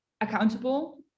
accountable